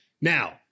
Now